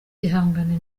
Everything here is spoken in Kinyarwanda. ihangane